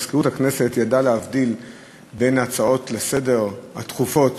מזכירות הכנסת ידעה להבדיל בין ההצעות לסדר-היום הדחופות: